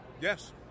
yes